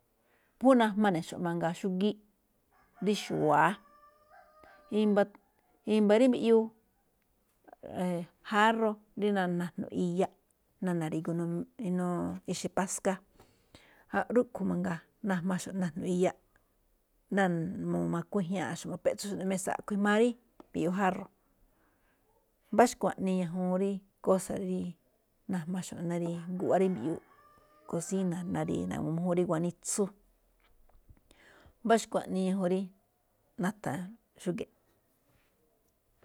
Phú najmaxo̱ꞌ ne̱ mangaa xúgíí rí xu̱wa̱á, i̱mba̱ rí mbiꞌyuu, járro̱ rí ná najno̱ꞌ iya, na̱ri̱gu ná inuu ixe̱ paska, rúꞌkhue̱n mangaa, najmaxo̱ꞌ najno̱ꞌ iya, ná makuíñáa̱ꞌxo̱ꞌ ma̱peꞌtsoxo̱ꞌ rí mésa̱. A̱ꞌkhue̱n ijmaa rí mbiꞌyuu járro̱. Mbá xkuaꞌnii ñajuun rí kósa̱ rí najmaxo̱ꞌ ná guꞌwá rí mbiꞌyuu kosína̱, ná rí na̱gu̱ma mújúun ri ganitsu. Mbá xkuaꞌnii ñajuun rí na̱tha̱n xúge̱ꞌ.